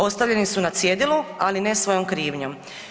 Ostavljeni su na cjedilu, ali ne svojom krivnjom.